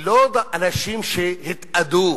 היא לא אנשים שהתאדו.